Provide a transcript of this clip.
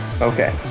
Okay